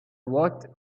what